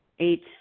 Eight